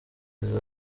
ari